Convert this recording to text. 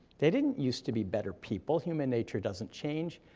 they didn't used to be better people, human nature doesn't change,